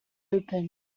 open